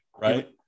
Right